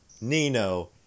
Nino